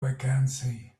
vacancy